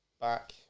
back